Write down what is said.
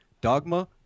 Dogma